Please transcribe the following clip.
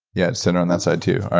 yeah, it's tender on that side too.